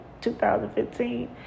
2015